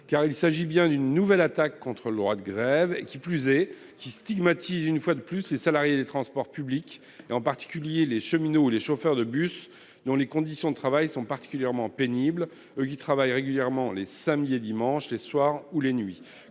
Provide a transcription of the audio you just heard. effet, c'est bien d'une nouvelle attaque contre le droit de grève qu'il s'agit. En outre, on stigmatise une fois de plus les salariés des transports publics, en particulier les cheminots et les chauffeurs de bus, dont les conditions de travail sont particulièrement pénibles, car ils travaillent régulièrement le samedi et le dimanche, les soirs ou les nuits.